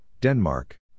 Denmark